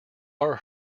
are